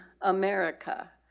America